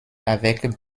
avec